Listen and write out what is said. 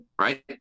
Right